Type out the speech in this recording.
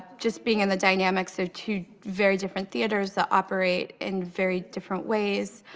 just being in the dynamics of two very different theaters that operate in very different ways